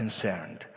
concerned